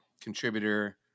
contributor